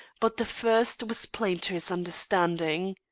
but the first was plain to his understanding.